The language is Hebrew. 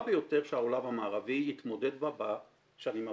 ביותר שהעולם המערבי יתמודד בה בשנים הבאות,